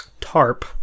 tarp